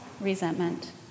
resentment